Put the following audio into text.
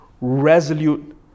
resolute